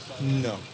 No